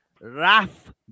raf